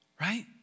Right